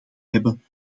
hebben